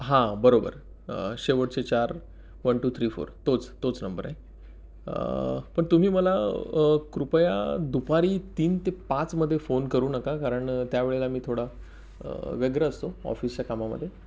हां बरोबर शेवटचे चार वन टू थ्री फोर तोच तोच नंबर आहे पण तुम्ही मला कृपया दुपारी तीन ते पाचमध्ये फोन करू नका कारण त्यावेळेला मी थोडा व्यग्र असतो ऑफिसच्या कामामध्ये